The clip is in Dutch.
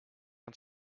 het